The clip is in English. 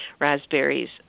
raspberries